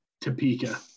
Topeka